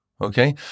Okay